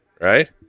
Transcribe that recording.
right